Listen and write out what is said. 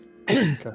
Okay